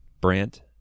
Brant